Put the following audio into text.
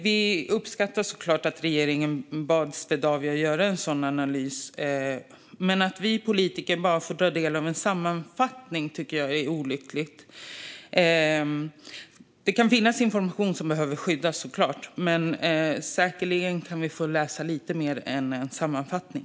Vi uppskattar såklart att regeringen bad Swedavia att göra en analys, men att vi politiker bara får ta del av en sammanfattning tycker jag är olyckligt. Det kan såklart finnas information som behöver skyddas, men säkerligen kan vi få läsa lite mer än en sammanfattning.